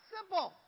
Simple